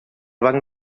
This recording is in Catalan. banc